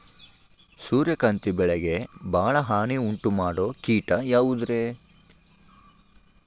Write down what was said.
ಸೂರ್ಯಕಾಂತಿ ಬೆಳೆಗೆ ಭಾಳ ಹಾನಿ ಉಂಟು ಮಾಡೋ ಕೇಟ ಯಾವುದ್ರೇ?